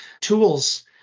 tools